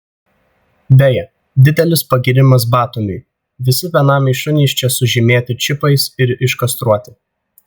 beje didelis pagyrimas batumiui visi benamiai šunys čia sužymėti čipais ir iškastruoti